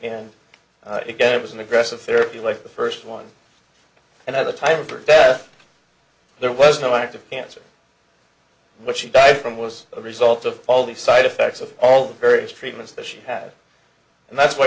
and again it was an aggressive therapy like the first one and at the time for bath there was no active cancer which she died from was a result of all the side effects of all the various treatments that she have and that's